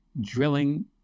drilling